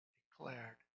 declared